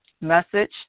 Message